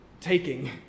taking